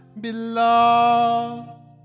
belong